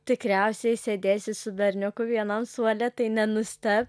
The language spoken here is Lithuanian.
tikriausiai sėdėsiu su berniuku vienam suole tai nenusteb